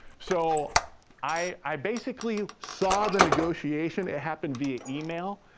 so i basically saw the negotiation. it happened via email,